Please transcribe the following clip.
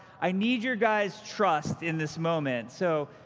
i need your guys' trust in this moment. so,